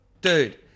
Dude